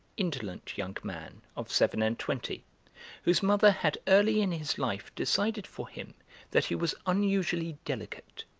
indolent young man of seven-and-twenty, whose mother had early in his life decided for him that he was unusually delicate,